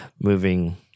moving